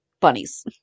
bunnies